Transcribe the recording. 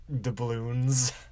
doubloons